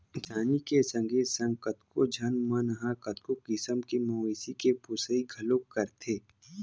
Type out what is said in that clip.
किसानी के संगे संग कतको झन मन ह कतको किसम के मवेशी के पोसई घलोक करथे